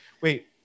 Wait